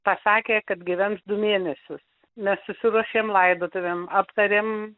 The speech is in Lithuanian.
pasakė kad gyvens du mėnesius mes susiruošėm laidotuvėm aptarėm